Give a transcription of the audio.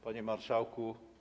Panie Marszałku!